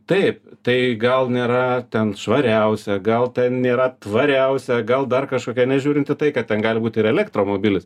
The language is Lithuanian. taip tai gal nėra ten švariausia gal ten nėra tvariausia gal dar kažkokia nežiūrint į tai kad ten gali būt ir elektromobilis